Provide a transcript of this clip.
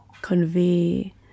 convey